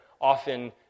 often